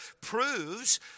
proves